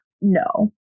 No